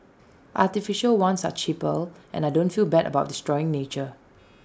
artificial ones are cheaper and I don't feel bad about destroying nature